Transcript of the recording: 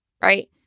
right